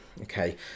Okay